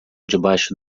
debaixo